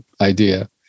idea